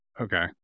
Okay